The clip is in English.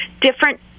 different